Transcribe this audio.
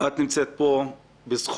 את נמצאת פה בזכות